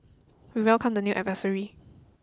we welcomed the new advisory